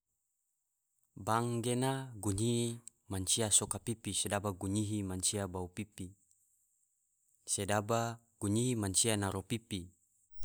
Bank gena, gunyihi mansia soka pipi, sedaba gunyihi mansia bau pipi, sedaba gunyihi mansia naro pipi.